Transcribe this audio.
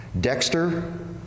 Dexter